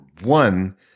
one